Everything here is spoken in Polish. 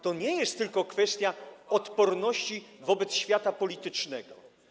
To nie jest tylko kwestia odporności wobec świata politycznego.